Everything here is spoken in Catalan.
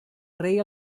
rei